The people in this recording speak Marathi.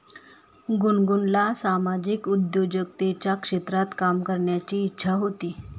गुनगुनला सामाजिक उद्योजकतेच्या क्षेत्रात काम करण्याची इच्छा होती